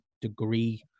degree